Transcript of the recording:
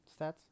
stats